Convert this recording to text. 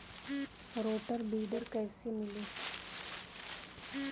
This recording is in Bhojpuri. रोटर विडर कईसे मिले?